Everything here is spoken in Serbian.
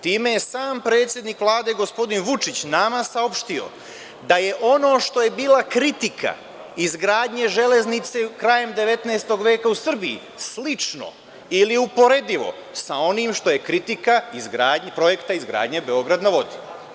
Time je sam predsednik Vlade, gospodin Vučić, nama saopštio, da je ono što je bila kritika izgradnje železnice, krajem 19. veka u Srbiji, slično ili uporedivo sa onim što je kritika projekta izgradnje Beograd na vodi.